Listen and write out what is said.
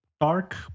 dark